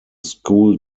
school